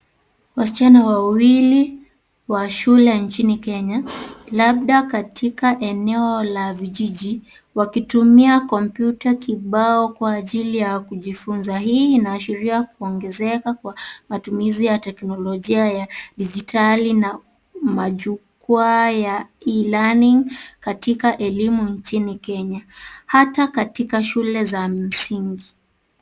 Wasichana wawili wa shule ya nchini Kenya labda katika eneo la vijiji wakitumia kompyuta kibao kwa ajili ya kujifunza. Hii naashiria kuongezeka kwa matumizi ya teknolojia ya dijitali na majukwaa ya e-learning katika elimu nchini Kenya hata katika shule za msingi.